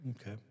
Okay